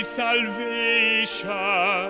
salvation